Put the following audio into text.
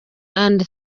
and